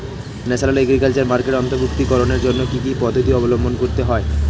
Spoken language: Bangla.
ন্যাশনাল এগ্রিকালচার মার্কেটে অন্তর্ভুক্তিকরণের জন্য কি কি পদ্ধতি অবলম্বন করতে হয়?